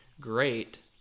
great